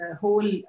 whole